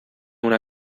una